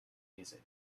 music